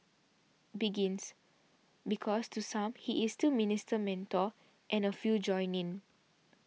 begins because to some he is still Minister Mentor and a few join in